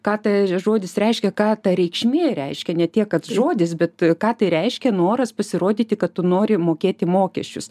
ką ta žodis reiškia ką ta reikšmė reiškia ne tiek kad žodis bet ką tai reiškia noras pasirodyti kad tu nori mokėti mokesčius